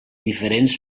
diferents